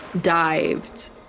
dived